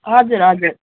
हजुर हजुर